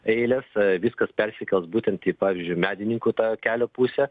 eilės viskas persikels būtent į pavyzdžiui medininkų kelio pusę